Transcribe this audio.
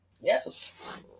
Yes